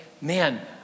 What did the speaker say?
man